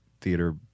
theater